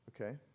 okay